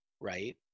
right